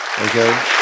Okay